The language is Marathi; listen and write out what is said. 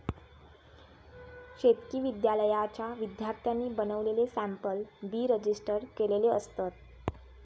शेतकी विद्यालयाच्या विद्यार्थ्यांनी बनवलेले सॅम्पल बी रजिस्टर केलेले असतत